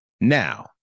Now